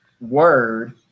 word